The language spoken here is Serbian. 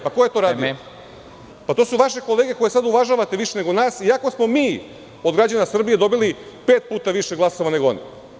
Pa ko je to radio? (Predsednik: Vreme.) To su vaše kolege koje sada uvažavate više nego nas, iako smo mi od građana Srbije dobili pet puta više glasova nego oni.